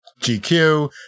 gq